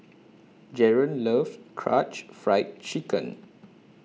Jaron loves Karaage Fried Chicken